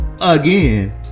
again